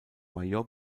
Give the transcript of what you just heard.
major